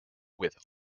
with